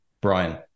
Brian